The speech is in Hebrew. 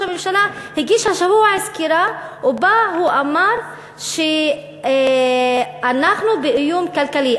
הממשלה הגיש השבוע סקירה ובה הוא אמר שאנחנו באיום כלכלי,